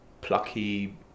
plucky